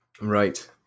Right